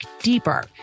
deeper